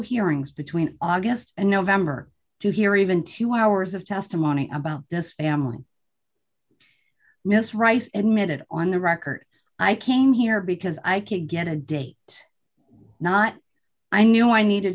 hearings between august and november to hear even two hours of testimony about does family miss rice admitted on the record i came here because i could get a day not i knew i needed